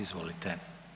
Izvolite.